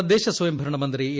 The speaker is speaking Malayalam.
തദ്ദേശസ്വയംഭരണമന്ത്രി എ